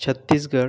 Chhattisgarh